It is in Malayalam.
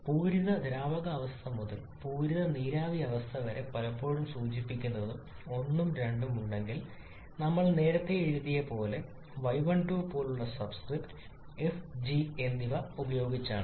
പൂരിത ദ്രാവകാവസ്ഥ മുതൽ പൂരിത നീരാവി അവസ്ഥ വരെ പലപ്പോഴും സൂചിപ്പിക്കുന്നത് 1 ഉം 2 ഉം ഉണ്ടെങ്കിൽ നമ്മൾ നേരത്തെ എഴുതിയ y12 പോലുള്ള സബ്സ്ക്രിപ്റ്റ് എഫ് ജി എന്നിവ ഉപയോഗിച്ചാണ്